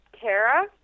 Kara